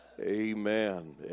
Amen